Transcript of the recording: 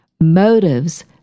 Motives